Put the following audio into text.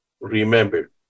Remember